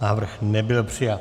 Návrh nebyl přijat.